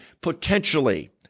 potentially